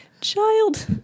child